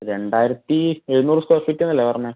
രണ്ടായിരത്തി എഴുന്നൂറ് square feet എന്നല്ലേ പറഞ്ഞത്